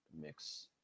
Mix